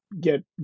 get